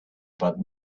about